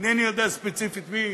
אינני יודע ספציפית מי,